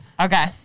okay